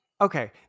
Okay